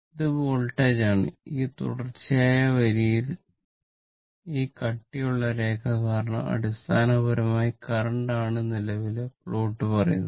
ഇത് വോൾട്ടേജാണ് ഈ തുടർച്ചയായ വരിയിൽ ഈ കട്ടിയുള്ള രേഖ കാരണം അടിസ്ഥാനപരമായി കറന്റ് ആണ് നിലവിലെ പ്ലോട്ട് പറയുന്നത്